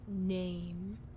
name